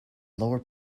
lower